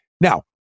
Now